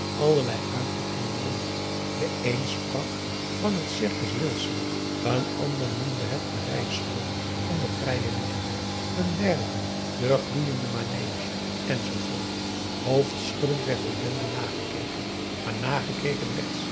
allerlei uitdrukkingen rond de een sprak van het circus wilson een ander noemde het de rijschool van de vrije liefde n derde de gloeiende manege enzoovoort hoofdschuddend werd de bende nagekeken maar nagekeken